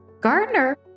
gardner